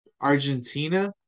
Argentina